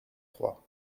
trois